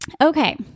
Okay